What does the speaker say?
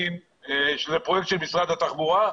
וזה פרויקט של משרד התחבורה,